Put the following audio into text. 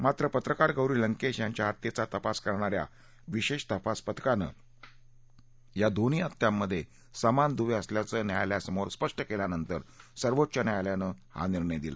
मात्र पत्रकार गौरी लंकेश यांच्या हत्येचा तपास करणा या विशेष तपास पथकानं या दोन्ही हत्यांमध्ये समान दुवे असल्याचं न्यायालयासमोर स्पष्ट केल्यानंतर सर्वोच्च न्यायालयानं हा निर्णय दिला